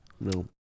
No